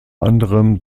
anderem